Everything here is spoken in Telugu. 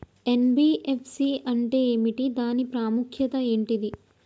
ఎన్.బి.ఎఫ్.సి అంటే ఏమిటి దాని ప్రాముఖ్యత ఏంటిది?